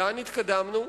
לאן התקדמנו?